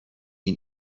این